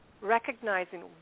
recognizing